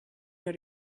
your